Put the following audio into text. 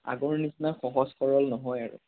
আগৰ নিচিনা সহজ সৰল নহয় আৰু